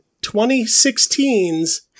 2016's